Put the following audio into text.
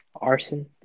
arson